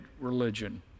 religion